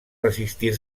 resistir